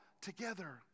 together